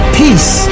peace